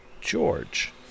George